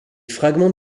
fragments